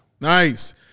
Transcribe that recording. nice